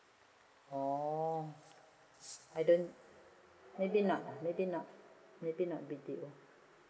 orh I don't maybe not uh maybe not maybe not B_T_O